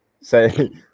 Say